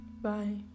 Bye